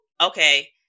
okay